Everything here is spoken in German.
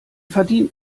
verdient